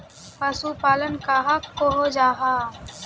पशुपालन कहाक को जाहा?